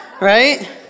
Right